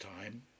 time